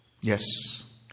Yes